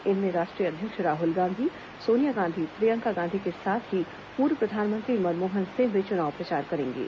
इनमें राष्ट्रीय अध्यक्ष राहुल गांधी सोनिया गांधी प्रियंका गांधी के साथ ही पूर्व प्रधानमंत्री मनमोहन सिंह भी चुनाव प्रचार करेंगे